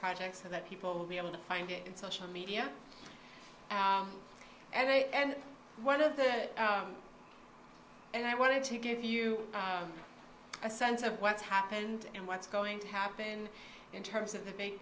project so that people will be able to find it in social media and one of the and i want to give you a sense of what's happened and what's going to happen in terms of the big